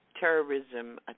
terrorism